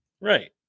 Right